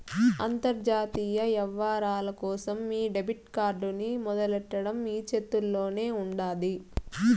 అంతర్జాతీయ యవ్వారాల కోసం మీ డెబిట్ కార్డ్ ని మొదలెట్టడం మీ చేతుల్లోనే ఉండాది